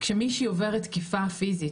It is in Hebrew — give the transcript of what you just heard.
כשמישהי עוברת תקיפה פיזית,